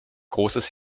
großes